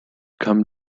come